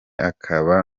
akaba